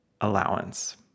allowance